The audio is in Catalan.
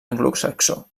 anglosaxó